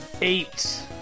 Eight